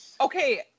okay